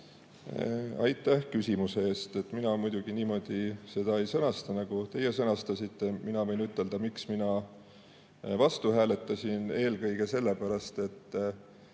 Aitäh küsimuse eest! Mina muidugi niimoodi seda ei sõnasta, nagu teie sõnastasite. Mina võin ütelda, miks mina vastu hääletasin: eelkõige selle pärast, et